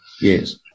Yes